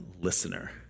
listener